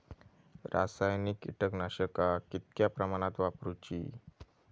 रासायनिक कीटकनाशका कितक्या प्रमाणात वापरूची?